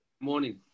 morning